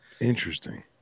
interesting